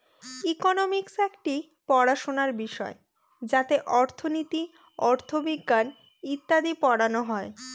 economics একটি পড়াশোনার বিষয় যাতে অর্থনীতি, অথবিজ্ঞান ইত্যাদি পড়ানো হয়